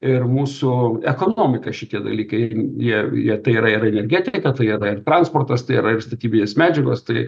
ir mūsų ekonomiką šitie dalykai jie jie tai yra ir energetika tai yra ir transportas tai yra ir statybinės medžiagos tai